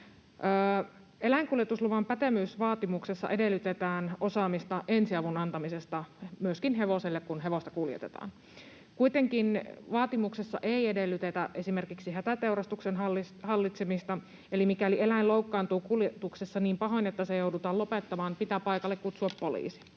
Eläinkuljetusluvan pätevyysvaatimuksessa edellytetään osaamista ensiavun antamisesta myöskin hevoselle, kun hevosta kuljetetaan. Kuitenkaan vaatimuksessa ei edellytetä esimerkiksi hätäteurastuksen hallitsemista, eli mikäli eläin loukkaantuu kuljetuksessa niin pahoin, että se joudutaan lopettamaan, pitää paikalle kutsua poliisi.